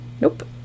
Nope